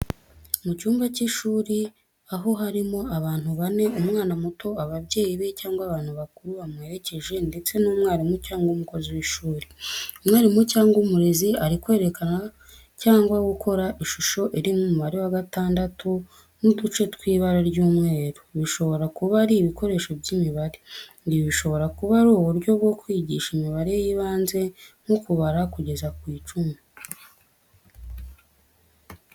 Mu cyumba cy’ishuri, aho harimo abantu bane, umwana muto, ababyeyi be cyangwa abantu bakuru bamuherekeje ndetse n’umwarimu cyangwa umukozi w’ishuri. Umwarimu cyangwa umurezi ari kwerekana cyangwa gukora ishusho irimo umubare wa gatandatu n’uduce tw’ibara ry’umweru bishobora kuba ari ibikoresho by’imibare. Ibi bishobora kuba ari uburyo bwo kwigisha imibare y’ibanze nko kubara kugeza ku icumi.